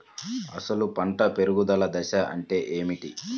అసలు పంట పెరుగుదల దశ అంటే ఏమిటి?